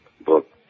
book